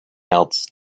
else